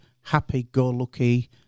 happy-go-lucky